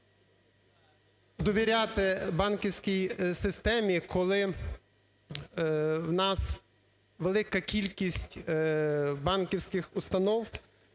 довіряти банківській системі, коли у нас велика кількість банківських установ,